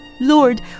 Lord